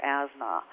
asthma